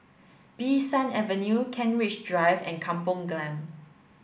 Bee San Avenue Kent Ridge Drive and Kampong Glam